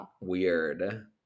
Weird